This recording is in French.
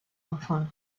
enfants